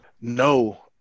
No